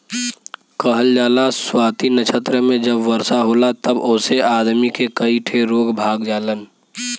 कहल जाला स्वाति नक्षत्र मे जब वर्षा होला तब ओसे आदमी के कई ठे रोग भाग जालन